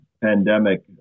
pandemic